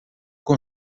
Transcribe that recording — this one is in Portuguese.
com